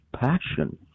passion